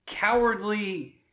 cowardly